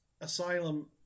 Asylum